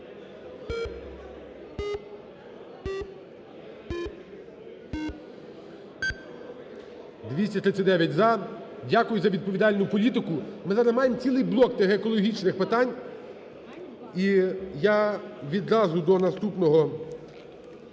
За-239 Дякую за відповідальну політику. Ми зараз маємо цілий блок тих екологічних питань, і я відразу до наступного